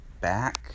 back